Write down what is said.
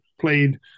played